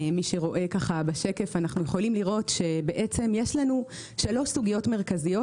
אנחנו יכולים לראות שיש לנו שלוש סוגיות מרכזיות,